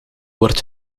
wordt